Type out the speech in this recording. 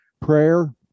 prayer